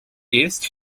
eerst